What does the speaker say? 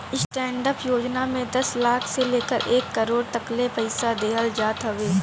stand up योजना में दस लाख से लेके एक करोड़ तकले पईसा देहल जात हवे